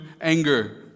anger